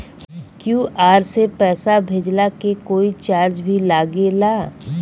QR से पैसा भेजला के कोई चार्ज भी लागेला?